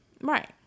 Right